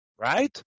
right